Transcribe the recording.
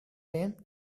rain